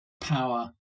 Power